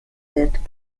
wird